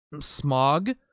Smog